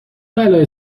بلایی